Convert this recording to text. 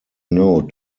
note